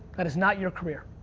that is not your career.